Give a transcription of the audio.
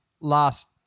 Last